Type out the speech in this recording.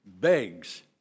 begs